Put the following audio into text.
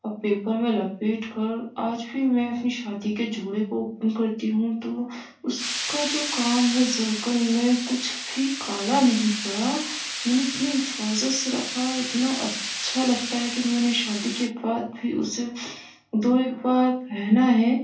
paper میں لپیٹ کر آج بھی میں اپنی شادی کے جوڑے کو اوپن کرتی ہوں تو اس کا جو کام ہے زرکن میں کچھ بھی کالا نہیں پڑا میں نے اتنی حفاظت سے رکھا ہے اتنا اچھا لگتا ہے کہ میں نے شادی کے بعد بھی اسے دو ایک بار پہنا ہے